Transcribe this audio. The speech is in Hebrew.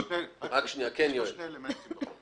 יש פה שני אלמנטים.